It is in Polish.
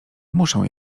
muszę